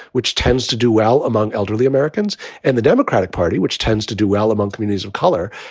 which tends to do well among elderly americans and the democratic party, which tends to do well among communities of color,